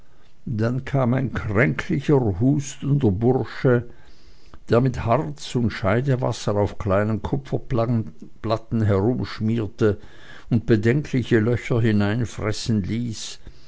dann kam ein kränklicher hustender bursche der mit harz und scheidewasser auf kleinen kupferplatten herumschmierte und bedenkliche löcher hineinfressen ließ